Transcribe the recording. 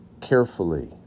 carefully